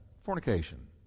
Fornication